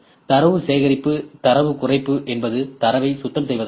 தரவு சேகரிப்பு தரவு குறைப்பு என்பது தரவை சுத்தம் செய்வதாகும்